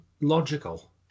logical